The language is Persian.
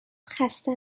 خسته